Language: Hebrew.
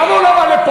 למה הוא לא בא לפה?